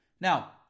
Now